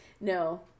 no